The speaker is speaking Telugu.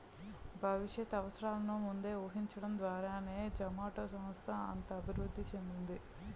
భవిష్యత్ అవసరాలను ముందే ఊహించడం ద్వారానే జొమాటో సంస్థ అంత అభివృద్ధి చెందింది